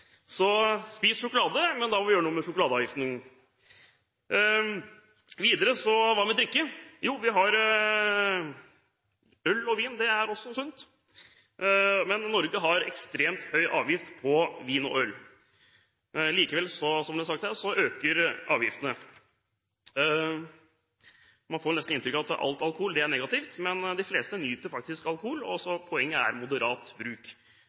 Så spis sjokolade, men da må man gjøre noe med sjokoladeavgiften. Hva så med drikke? Jo, øl og vin er også sunt. Men Norge har ekstremt høy avgift på vin og øl. Likevel, som det ble sagt her, øker avgiftene. Man får nesten inntrykk av at alt av alkohol er negativt, men de fleste nyter faktisk alkohol. Poenget er moderat bruk.